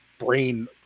brain